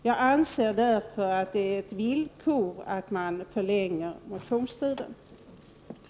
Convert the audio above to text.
Jag anser därför att det är ett villkor att motionstiden förlängs.